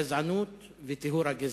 גזענות וטיהור הגזע.